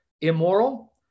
immoral